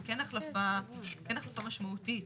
זה כן החלפה משמעותית